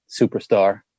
superstar